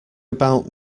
about